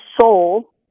soul